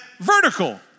Vertical